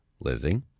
Lizzie